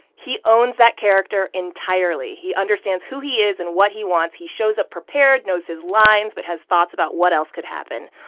he owns that character entirely. he understands who he is and what he wants. he shows up prepared, knows his lines but has thoughts about what else could happen.